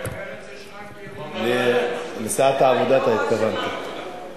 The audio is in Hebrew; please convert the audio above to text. למרצ יש רק אי-אמון, התכוונת לסיעת העבודה.